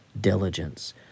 diligence